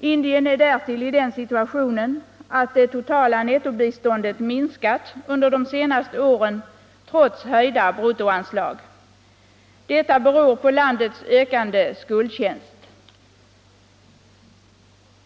Detta land är därtill i den situationen att det totala nettobiståndet har minskat under de senaste åren trots höjda bruttoanslag. Detta beror på landets ökande skuldtjänst.